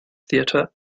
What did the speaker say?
theatre